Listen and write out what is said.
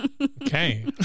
Okay